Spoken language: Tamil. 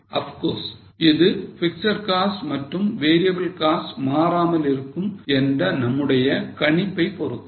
Of course இது பிக்ஸட் காஸ்ட் மற்றும் variable cost மாறாமல் இருக்கும் என்ற நம்முடைய கணிப்பை பொறுத்தது